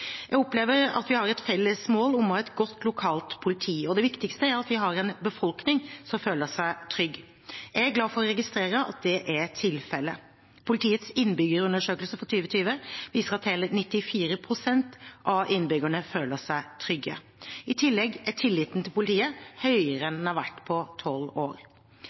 Jeg opplever at vi har et felles mål om å ha et godt lokalt politi, og det viktigste er at vi har en befolkning som føler seg trygg. Jeg er glad for å registrere at det er tilfellet. Politiets innbyggerundersøkelse for 2020 viser at hele 94 pst. av innbyggerne føler seg trygge. I tillegg er tilliten til politiet høyere enn den har vært på tolv år.